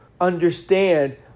understand